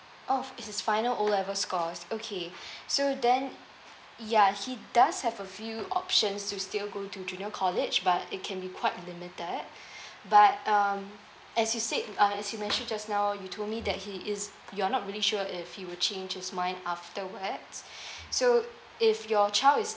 oh f~ it's his final O levels scores okay so then ya he does have a few options to still go to junior college but they can be quite limited but um as you said uh as you mentioned just now you told me that he is you're not really sure if he would change his mind afterwards so if your child is